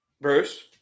Bruce